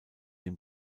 dem